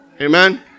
Amen